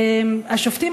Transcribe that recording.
השופטים,